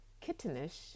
kittenish